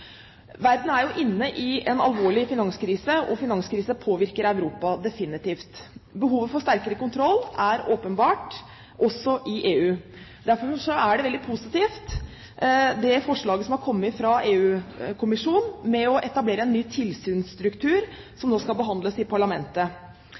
Verden er inne i en alvorlig finanskrise. Finanskrisen påvirker Europa, definitivt. Behovet for sterkere kontroll er åpenbart, også i EU. Derfor er forslaget fra EU-kommisjonen om å etablere en ny tilsynsstruktur, veldig positivt, et forslag som